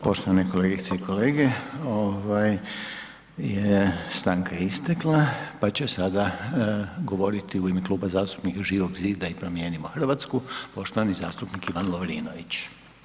Poštovane kolegice i kolege, stanka je istekla pa će sada govoriti u ime Kluba zastupnika Živog zida i Promijenimo Hrvatsku poštovani zastupnik Ivan Lovrinović.